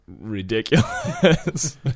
ridiculous